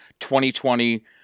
2020